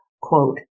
Quote